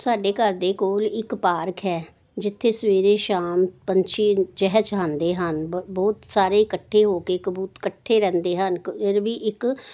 ਸਾਡੇ ਘਰ ਦੇ ਕੋਲ ਇੱਕ ਪਾਰਕ ਹੈ ਜਿੱਥੇ ਸਵੇਰੇ ਸ਼ਾਮ ਪੰਛੀ ਚਹਿ ਚਹਾਉਂਦੇ ਹਨ ਬਹੁਤ ਬਹੁਤ ਸਾਰੇ ਇਕੱਠੇ ਹੋ ਕੇ ਕਬੂ ਇਕੱਠੇ ਰਹਿੰਦੇ ਹਨ ਫਿਰ ਵੀ ਇੱਕ